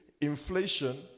inflation